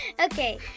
Okay